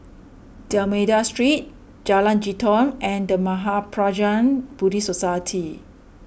D'Almeida Street Jalan Jitong and the Mahaprajna Buddhist Society